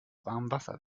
warmwasser